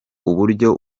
uburyo